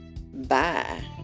Bye